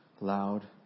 loud